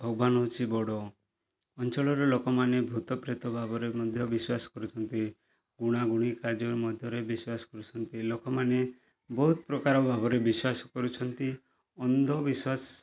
ଭଗବାନ ହେଉଛି ବଡ଼ ଅଞ୍ଚଳର ଲୋକମାନେ ଭୂତପ୍ରେତ ଭାବରେ ମଧ୍ୟ ବିଶ୍ଵାସ କରୁଛନ୍ତି ଗୁଣାଗୁଣି କାର୍ଯ୍ୟରେ ମଧ୍ୟରେ ବିଶ୍ଵାସ କରୁଛନ୍ତି ଲୋକମାନେ ବହୁତ ପ୍ରକାରର ଭାବରେ ବିଶ୍ଵାସ କରୁଛନ୍ତି ଅନ୍ଧ ବିଶ୍ଵାସ